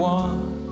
one